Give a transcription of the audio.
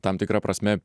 tam tikra prasme